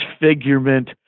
disfigurement